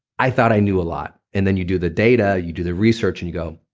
i thought i knew a lot. and then you do the data you do the research and you go,